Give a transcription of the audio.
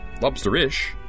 lobster-ish